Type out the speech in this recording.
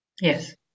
yes